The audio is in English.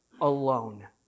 alone